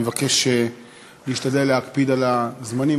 אני מבקש להשתדל להקפיד על הזמנים,